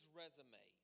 resume